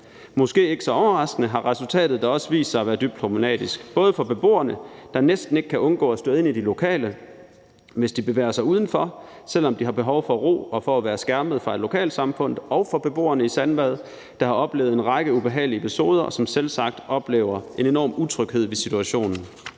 Måske ikke så overraskende har resultatet da også vist sig at være dybt problematisk, både for beboerne, der næsten ikke kan undgå at støde ind i de lokale, hvis de bevæger sig udenfor, selv om de har behov for ro og for at være skærmet fra lokalsamfundet, og for beboerne i Sandvad, der har oplevet en række ubehagelige episoder, og som selvsagt oplever en enorm utryghed ved situationen.